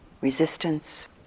resistance